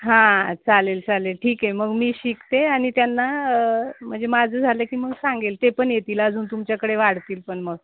हां चालेल चालेल ठीक आहे मग मी शिकते आनि त्यांना म्हणजे माझं झालं की मग सांगेल ते पण येतील अजून तुमच्याकडे वाढतील पण मग